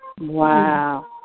wow